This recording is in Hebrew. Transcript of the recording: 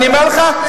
אני אומר לך,